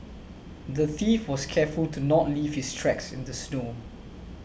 the thief was careful to not leave his tracks in the snow